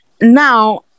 now